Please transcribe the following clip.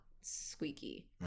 Squeaky